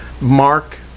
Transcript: Mark